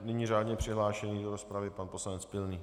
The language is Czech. Nyní řádně přihlášený do rozpravy pan poslanec Pilný.